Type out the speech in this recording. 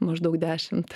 maždaug dešimt